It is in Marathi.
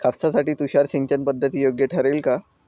कापसासाठी तुषार सिंचनपद्धती योग्य ठरेल का?